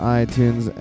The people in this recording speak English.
iTunes